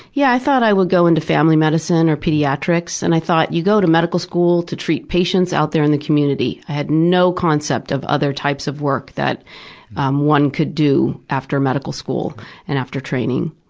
yeah, i thought i would go into family medicine or pediatrics, and i thought, you go to medical school to treat patients out there in the community. i had no concepts of other types of work that um one could do after medical school and after training.